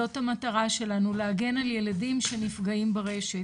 זאת המטרה שלנו, להגן על ילדים שנפגעים ברשת